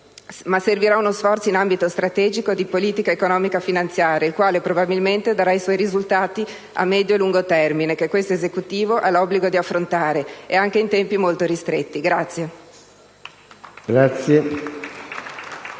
ma servirà uno sforzo in ambito strategico di politica economico-finanziaria, il quale probabilmente darà i suoi risultati a medio e lungo termine, che questo Esecutivo ha l'obbligo di affrontare, e anche in tempi molto ristretti.